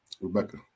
Rebecca